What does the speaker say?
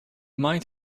might